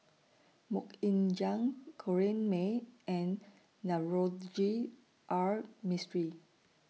Mok Ying Jang Corrinne May and Navroji R Mistri